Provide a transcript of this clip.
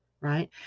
right